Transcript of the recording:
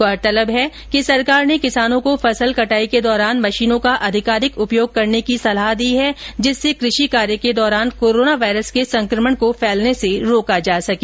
गौरतलब है कि सरकार ने किसानों को फसल कटाई के दौरान मशीनों का अधिकाधिक उपयोग करने की सलाह दी है जिससे कृषि कार्य के दौरान कोरोना वायरस के संकमण को फैलने से रोका जा सके